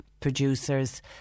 producers